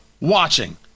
watching